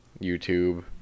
YouTube